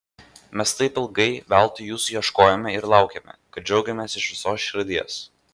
mes taip ilgai veltui jūsų ieškojome ir laukėme kad džiaugiamės iš visos širdies